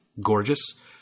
gorgeous